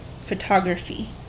photography